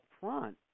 front